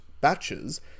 batches